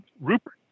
Rupert